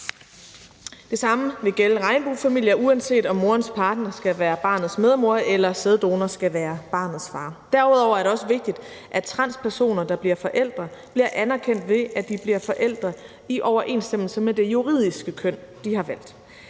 Det samme vil gælde regnbuefamilier, uanset om morens partner skal være barnets medmor eller sæddonoren skal være barnets far. Derudover er det også vigtigt, at transpersoner, der bliver forældre, bliver anerkendt, ved at de bliver forældre i overensstemmelse med det juridiske køn, de har valgt.